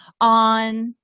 on